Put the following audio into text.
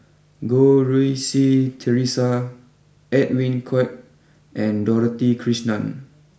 Goh Rui Si Theresa Edwin Koek and Dorothy Krishnan